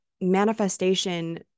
manifestation